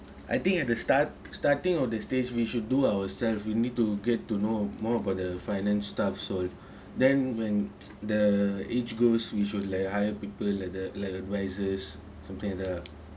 I think at the start starting on the stage we should do our self you need to get to know more about the finance stuff so then when the age goes we should like hire people like the like the advisors something like that lah